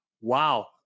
Wow